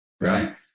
right